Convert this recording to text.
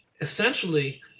essentially